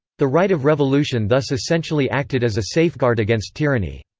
the right of revolution thus essentially acted as a safeguard against tyranny.